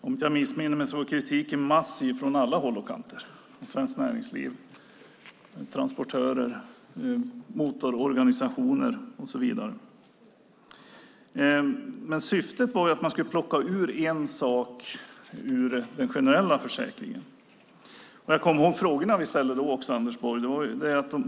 Om jag inte missminner mig var kritiken massiv från alla håll och kanter - från Svenskt Näringsliv, transportörer, motororganisationer och så vidare. Syftet var dock att plocka ut en sak ur den generella försäkringen. Jag kommer ihåg de frågor vi ställde då, Anders Borg.